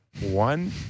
one